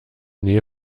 nähe